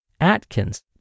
Atkins